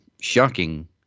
shocking